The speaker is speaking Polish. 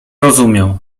rozumiał